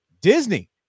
Disney